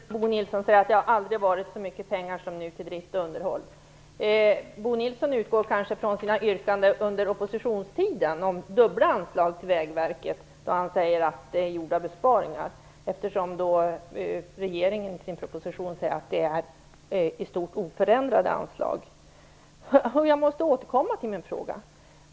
Fru talman! Bo Nilssons påstående att det aldrig tidigare har gått så mycket pengar till driften som nu stämmer alltså inte. Bo Nilsson utgår kanske, när han säger att det har gjorts besparingar, från sina yrkanden under oppositionstiden om dubbla anslag till Vägverket. I regeringens proposition sägs att det är fråga om i stort oförändrade anslag. Jag måste återkomma till min fråga.